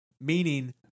Meaning